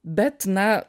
bet na